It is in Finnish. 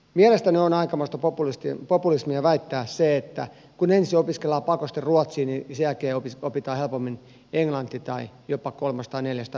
mielestäni on aikamoista populismia väittää että kun ensin opiskellaan pakosti ruotsia niin sen jälkeen opitaan helpommin englanti tai jopa kolmas tai neljäs tai viideskin kieli